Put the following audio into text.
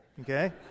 Okay